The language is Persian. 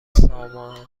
سامانمند